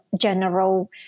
general